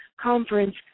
Conference